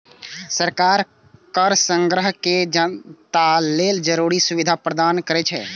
सरकार कर संग्रह कैर के जनता लेल जरूरी सुविधा प्रदान करै छै